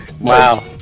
Wow